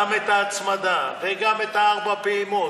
גם את ההצמדה וגם את הארבע פעימות,